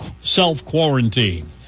self-quarantine